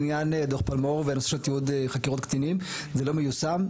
לעניין דו"ח פלמו"ר והנושא של תיעוד חקירות קטינים זה לא מיושם,